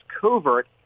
covert